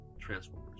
Transformers